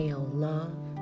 love